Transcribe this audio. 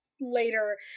later